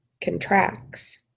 contracts